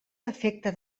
defecte